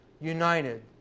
United